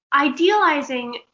idealizing